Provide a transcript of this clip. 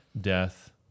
death